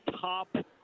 top